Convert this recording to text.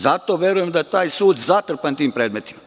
Zato veruje da je taj sud zatrpan tim predmetima.